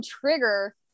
trigger